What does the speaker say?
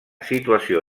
situació